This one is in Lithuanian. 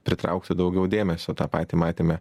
pritraukti daugiau dėmesio tą patį matėme